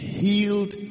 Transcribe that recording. healed